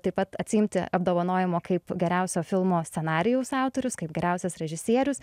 taip pat atsiimti apdovanojimo kaip geriausio filmo scenarijaus autorius kaip geriausias režisierius